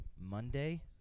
Monday